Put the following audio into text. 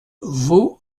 vaux